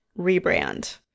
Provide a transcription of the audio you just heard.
rebrand